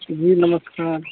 जी नमस्कार